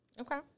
okay